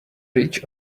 ridge